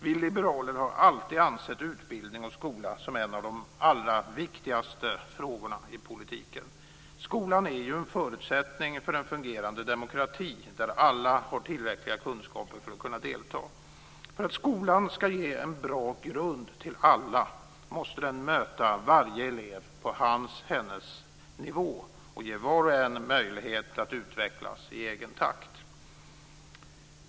Vi liberaler har alltid ansett utbildning och skola som en av de allra viktigaste frågorna i politiken. Skolan är en förutsättning för en fungerande demokrati där alla har tillräckliga kunskaper för att kunna delta. För att skolan ska ge en bra grund till alla måste den möta varje elev på hans och hennes nivå och ge var och en möjlighet att utvecklas i egen takt.